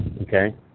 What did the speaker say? okay